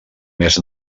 més